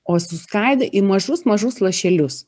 o suskaido į mažus mažus lašelius